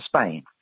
Spain